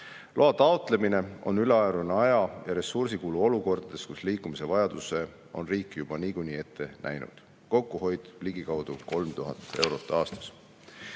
Loa taotlemine on ülearune aja- ja ressursikulu olukordades, kus liikumise vajaduse on riik juba niikuinii ette näinud. Kokkuhoid on ligikaudu 3000 eurot aastas.